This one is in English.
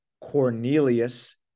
Cornelius